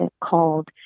called